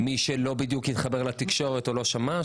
מי שלא התחבר לתקשורת או לא שמע.